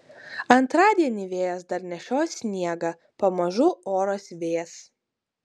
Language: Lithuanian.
antradienį vėjas dar nešios sniegą pamažu oras vės